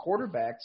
quarterbacks